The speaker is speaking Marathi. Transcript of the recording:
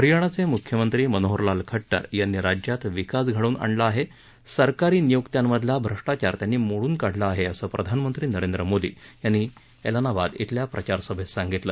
हरियाणाचे मुख्यमंत्री मनोहर लाल खट्टर यांनी राज्यात विकास घडवून आणला असूंन सरकारी नियुक्त्यांमधला भ्रष्टाचार मोडून काढला आहे असं प्रधानमंत्री नरेंद्र मोदी यांनी एलनाबाद इथं प्रचारसभेत सांगितलं